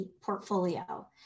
portfolio